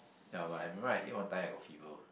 ya but I don't like eat one time I got fever